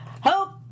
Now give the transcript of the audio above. Hope